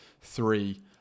three